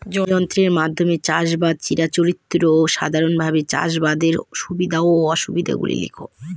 যন্ত্রের মাধ্যমে চাষাবাদ ও চিরাচরিত সাধারণভাবে চাষাবাদের সুবিধা ও অসুবিধা গুলি লেখ?